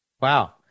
Wow